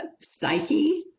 psyche